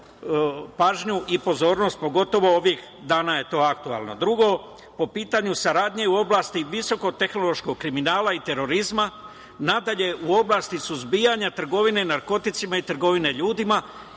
pažnju i pozornost, pogotovo ovih dana je to aktuelno. Drugo, po pitanju saradnje u oblasti visokotehnološkog kriminala i terorizma, nadalje u oblasti suzbijanja trgovine narkoticima i trgovine ljudima